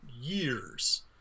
years